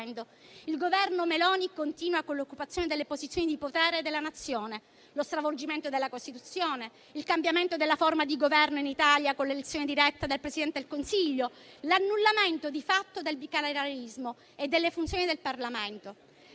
Il Governo Meloni continua con l'occupazione delle posizioni di potere della Nazione, lo stravolgimento della Costituzione, il cambiamento della forma di governo in Italia con l'elezione diretta del Presidente del Consiglio, l'annullamento di fatto del bicameralismo e delle funzioni del Parlamento.